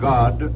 God